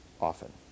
Often